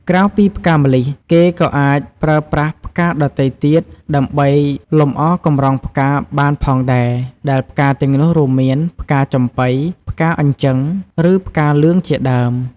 ក្រៅពីផ្កាម្លិះ គេក៏អាចប្រើប្រាស់ផ្កាដទៃទៀតដើម្បីលម្អកម្រងផ្កាបានផងដែរ ដែលផ្កាទាំងនោះរួមមាន ផ្កាចំប៉ី ផ្កាអញ្ជឹង ឬផ្កាលឿងជាដើម។